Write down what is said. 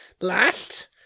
last